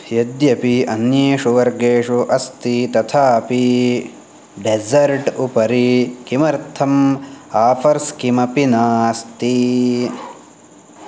यद्यपि अन्येषु वर्गेषु अस्ति तथापि डेसर्ट् उपरि किमर्थम् आफ़र्स् किमपि नास्ति